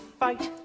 fight